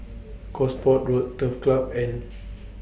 Gosport Road Turf Club and